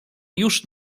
już